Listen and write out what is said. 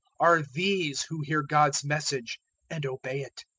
are these who hear god's message and obey it.